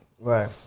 Right